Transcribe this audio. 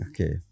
Okay